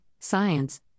Science